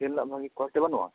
ᱡᱤᱞ ᱨᱮᱱᱟᱜ ᱵᱷᱟᱹᱜᱤ ᱠᱳᱣᱟᱞᱤᱴᱤ ᱵᱟᱹᱱᱩᱜᱼᱟ